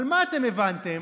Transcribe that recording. אבל מה אתם הבנתם?